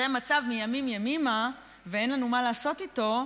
זה מצב מימים ימימה ואין לנו מה לעשות איתו.